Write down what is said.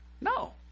no